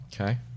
okay